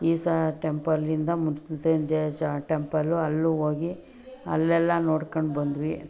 ಈಶಾ ಟೆಂಪಲ್ಲಿಂದ ಮೃತ್ಯುಂಜಯ ಶಾ ಟೆಂಪಲ್ಲು ಅಲ್ಲೂ ಹೋಗಿ ಅಲ್ಲೆಲ್ಲ ನೋಡ್ಕೊಂಡ್ಬಂದ್ವಿ